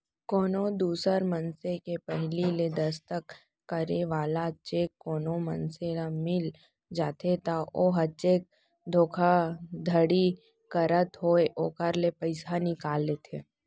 कोनो दूसर मनसे के पहिली ले दस्खत करे वाला चेक कोनो मनसे ल मिल जाथे त ओहा चेक धोखाघड़ी करत होय ओखर ले पइसा निकाल लेथे